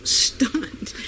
stunned